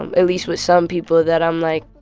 and at least with some people, that i'm, like,